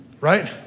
right